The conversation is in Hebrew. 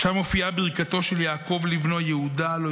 שם מופיעה ברכתו של יעקב לבנו יהודה: